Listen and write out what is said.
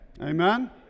Amen